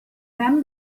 then